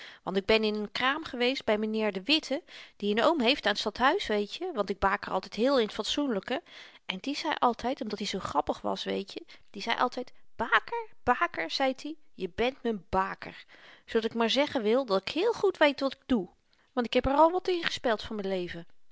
want ik ben in n kraam geweest by m'nheer de witte die n oom heeft aan t stadhuis weetje want ik baker altyd heel in t fatsoenlyke en die zei altyd omdat i zoo grappig was weetje die zei altyd baker baker zeit i je bent m'n n baker zoodat ik maar zeggen wil dat k heel goed weet wat k doe want ik heb r al wat ingespeld van m'n leven